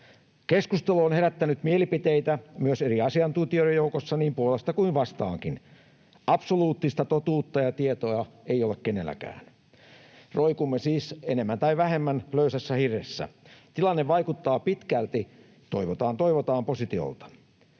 Keskustelu on herättänyt mielipiteitä myös eri asiantuntijoiden joukossa niin puolesta kuin vastaankin — absoluuttista totuutta ja tietoa ei ole kenelläkään. Roikumme siis enemmän tai vähemmän löysässä hirressä. Tilanne vaikuttaa pitkälti toivotaan toivotaan ‑positiolta.